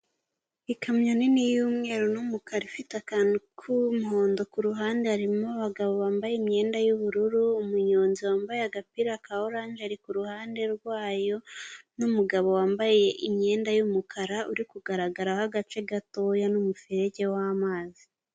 ikamyo nini y'umweru n'umukara ifite akantu k'umuhondo kuruhande haririmo abagabo bambaye imyenda yubururu umunyonzi wambaye agapira ka orange ari kuruhande rwayo numugabo wambaye imyenda yumukara uri kugaragaraho agace gatoya n'umuferege w'amazi.